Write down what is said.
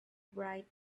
bright